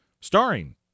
starring